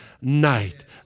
night